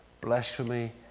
blasphemy